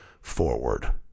forward